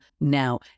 now